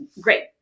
great